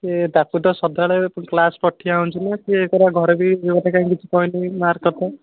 ସେ ତାକୁ ତ ସଦାବେଳେ କ୍ଳାସ୍ ପଠେଆ ହେଉଛି ନା ସିଏ ତା'ର ଘରେ ବି ଯେଉଁ ତ କାହିଁ କିଛି କହିନି ମାର୍କ କଥା